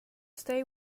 stay